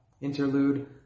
interlude